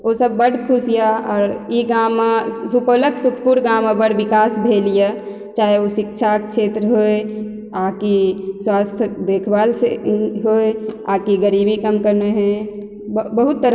ओसब बढ़ खुश यऽ आओर ई गाँममे सुपौलक सुखपुर गाँवमे बढ़ विकाश भेल यऽ चाहे उ शिक्षाके क्षेत्र होइ आओर कि स्वास्थक देखभालसँ होइ आओर कि गरीबी कम करनाइ होइ बहुत तरह